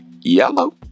Yellow